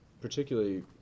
particularly